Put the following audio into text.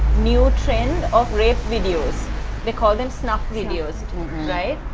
new trend of rape videos they call them snuff videos right.